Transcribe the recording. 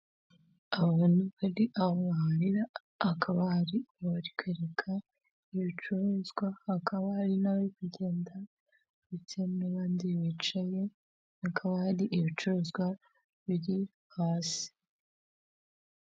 Abantu bari aho baharira, hakaba hari abarikariga ibicuruzwa hakaba bari no kugenda, ndetse n'abandi bicaye akari ibicuruzwa biri hasi.